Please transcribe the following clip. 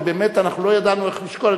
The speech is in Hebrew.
ובאמת אנחנו לא ידענו איך לשקול.